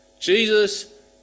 Jesus